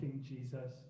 Jesus